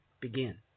begin